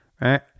Right